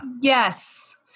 Yes